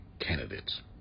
candidates